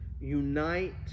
unite